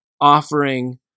offering